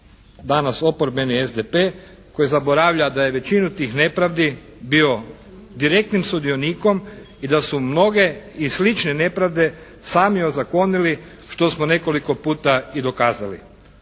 danas oporbeni SDP koji zaboravlja da je većinu tih nepravdi bio direktnim sudionikom i da su mnoge i slične nepravde sami ozakonili što smo nekoliko puta i dokazali.